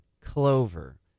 clover